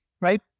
right